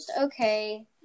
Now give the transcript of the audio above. Okay